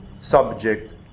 subject